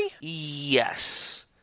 Yes